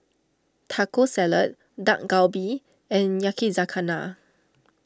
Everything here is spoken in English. Taco Salad Dak Galbi and Yakizakana